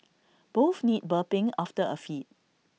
both need burping after A feed